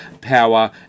power